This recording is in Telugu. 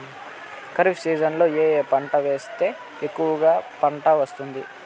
ఖరీఫ్ సీజన్లలో ఏ ఏ పంటలు వేస్తే ఎక్కువగా పంట వస్తుంది?